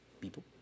people